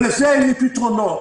ולזה אין לי פתרונות.